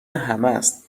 همست